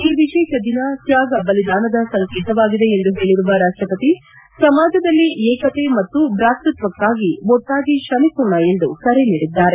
ಈ ವಿಶೇಷ ದಿನ ತ್ವಾಗ ಬಲಿದಾನದ ಸಂಕೇತವಾಗಿದೆ ಎಂದು ಹೇಳರುವ ರಾಷ್ಷಪತಿ ಸಮಾಜದಲ್ಲಿ ಏಕತೆ ಮತ್ತು ಬ್ರಾತೃತ್ವಕ್ಕಾಗಿ ಒಟ್ಟಾಗಿ ಶ್ರಮಿಸೋಣ ಎಂದು ಕರೆ ನೀಡಿದ್ದಾರೆ